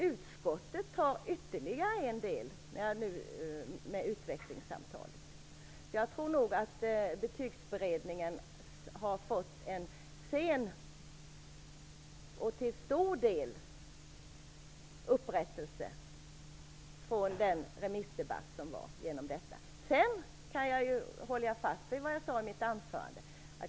Utskottet bidrar med ytterligare en del -- den om utvecklingssamtal. Jag tror nog att Betygsberedningen till stor del har fått en sen upprättelse efter remissdebatten. Jag håller fast vid det jag sade i mitt anförande.